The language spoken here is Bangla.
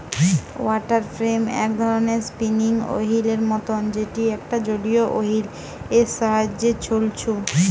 ওয়াটার ফ্রেম এক ধরণের স্পিনিং ওহীল এর মতন যেটি একটা জলীয় ওহীল এর সাহায্যে ছলছু